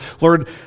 Lord